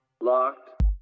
Locked